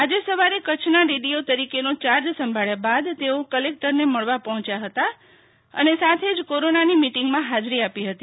આજે સવારે કચ્છના ડીડીઓ તરીકેનો યાર્જ સંભાળ્યા બાદ તેઓ કલેકટરને મળવા પહોંચ્યા હતા ખને સાથે જ કોરોનાની મિટીંગમાં હાજરી આપી હતી